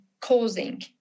causing